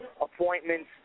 appointments